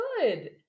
good